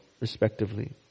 respectively